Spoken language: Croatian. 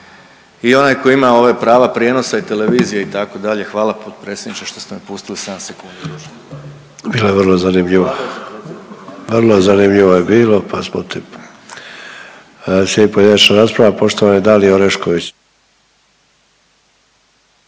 i onaj koji ima ovaj prava prijenosa i televizije itd. Hvala potpredsjedniče što ste me pustili 7 sekundi duže. **Sanader, Ante (HDZ)** Bilo je vrlo zanimljivo, vrlo zanimljivo je bilo pa smo ti. Slijedi pojedinačna rasprava poštovane Dalije Orešković.